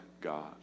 God